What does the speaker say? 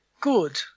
good